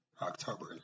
October